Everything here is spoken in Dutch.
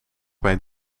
mij